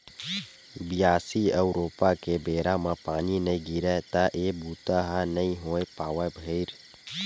बियासी अउ रोपा के बेरा म पानी नइ गिरय त ए बूता ह नइ हो पावय भइर